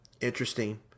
interesting